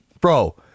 Bro